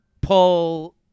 pull